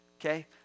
Okay